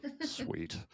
sweet